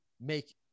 make